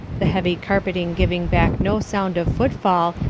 the heavy carpeting giving back no sound of footfall,